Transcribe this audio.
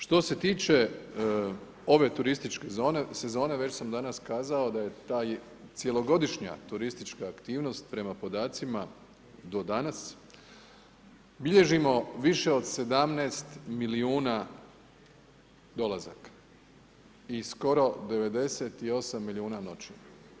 Što se tiče ove turističke sezone, već sam danas kazao da je taj cjelogodišnja turistička aktivnost prema podacima, do danas, bilježimo više od 17 milijuna dolazaka i skoro 98 milijuna noćenja.